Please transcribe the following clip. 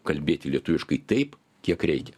kalbėti lietuviškai taip kiek reikia